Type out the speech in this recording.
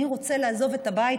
אני רוצה לעזוב את הבית,